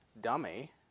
Dummy